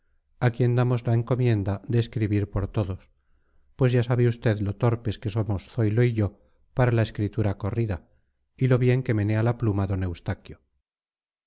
quien damos la encomienda de escribir por todos pues ya sabe usted lo torpes que somos zoilo y yo para la escritura corrida y lo bien que menea la pluma d eustaquio